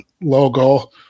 logo